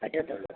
പറ്റത്തുള്ളൂ